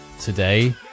today